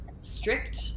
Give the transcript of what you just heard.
strict